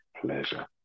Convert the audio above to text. pleasure